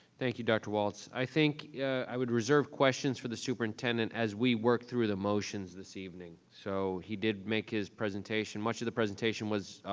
thank you, dr. walts. i think i would reserve questions for the superintendent as we work through the motions this evening. so he did make his presentation. much of the presentation was